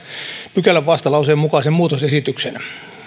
pykälävastalauseen mukaisen muutosesityksen